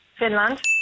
Finland